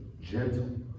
gentle